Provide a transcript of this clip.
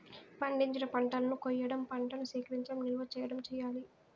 పండించిన పంటలను కొయ్యడం, పంటను సేకరించడం, నిల్వ చేయడం చెయ్యాలి